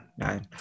I-